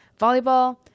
volleyball